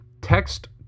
text